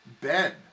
Ben